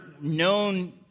known